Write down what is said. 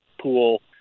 pool